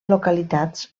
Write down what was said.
localitats